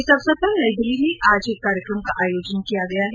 इस अवसर पर नई दिल्ली में आज एक कार्यक्रम का आयोजन किया गया है